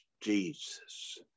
Jesus